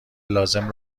لازم